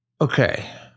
Okay